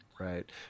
right